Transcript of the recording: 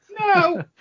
No